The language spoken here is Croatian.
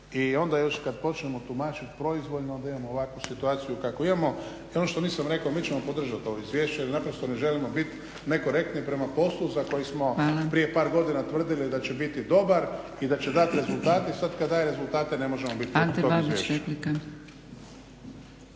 i onda još kad počnemo tumačiti proizvoljno onda imamo ovakvu situaciju kakvu imamo. I ono što nisam rekao, mi ćemo podržat ovo izvješće jer naprosto ne želimo bit nekorektni prema poslu za koji smo prije par godina tvrdili da će biti dobar i da će dati rezultate i sad kad daje rezultate ne možemo biti protiv tog izvješća.